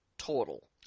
Total